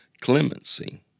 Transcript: clemency